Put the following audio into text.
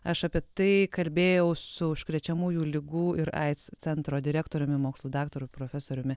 aš apie tai kalbėjau su užkrečiamųjų ligų ir aids centro direktoriumi mokslų daktaru profesoriumi